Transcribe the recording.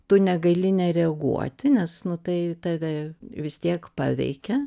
tu negali nereaguoti nes nu tai tave vis tiek paveikia